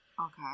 Okay